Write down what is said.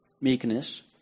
meekness